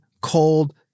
Cold